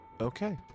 Okay